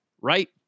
right